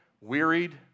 Wearied